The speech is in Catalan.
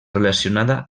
relacionada